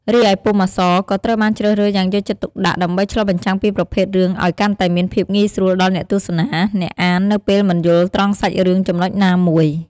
រីឯពុម្ពអក្សរ ក៏ត្រូវបានជ្រើសរើសយ៉ាងយកចិត្តទុកដាក់ដើម្បី ឆ្លុះបញ្ចាំងពីប្រភេទរឿងអោយកាន់តែមានភាពងាយស្រួលដល់អ្នកទស្សនា អ្នកអាននៅពេលមិនយល់ត្រង់សាច់រឿងចំណុចណាមួយ ។